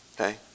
Okay